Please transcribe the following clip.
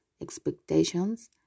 expectations